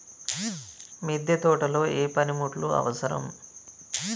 మిద్దె తోటలో ఏ పనిముట్లు అవసరం?